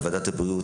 בוועדת הבריאות,